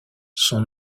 son